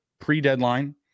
pre-deadline